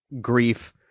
grief